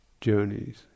Journeys